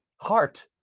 Heart